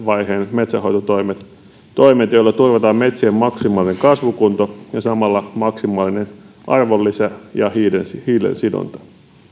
metsänhoitoimet toimet joilla turvataan metsien maksimaalinen kasvukunto ja samalla maksimaalinen arvonlisä ja hiilen sidonta